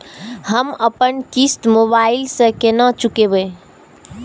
हम अपन किस्त मोबाइल से केना चूकेब?